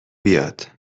بیاد